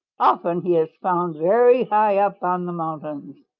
often he is found very high up on the mountains.